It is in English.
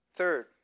Third